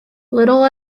little